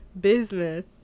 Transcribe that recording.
Bismuth